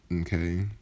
Okay